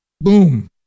Boom